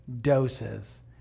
doses